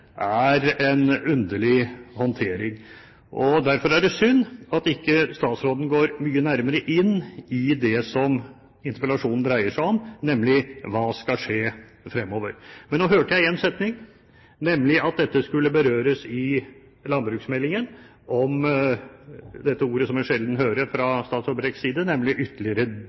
er en underlig håndtering. Derfor er det synd at ikke statsråden går mye nærmere inn i det som interpellasjonen dreier seg om, nemlig hva som skal skje fremover. Men nå hørte jeg én setning, nemlig at dette skulle berøres i landbruksmeldingen. Det ble også nevnt ord man sjelden hører fra statsråd Brekks side: ytterligere